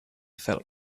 felt